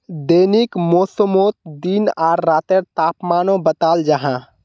दैनिक मौसमोत दिन आर रातेर तापमानो बताल जाहा